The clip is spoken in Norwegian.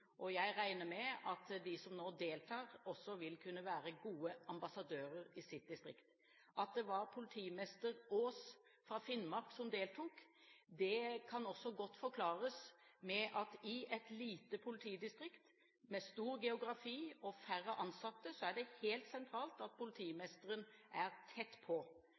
Og jeg regner med at de som nå deltar, også vil kunne være gode ambassadører i sitt distrikt. At det var politimester Aas fra Finnmark som deltok, kan godt forklares med at det i et lite politidistrikt med stor geografi og færre ansatte er helt sentralt at politimesteren er tett på.